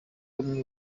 umwe